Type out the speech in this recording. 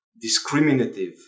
discriminative